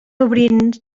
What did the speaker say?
obrint